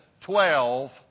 twelve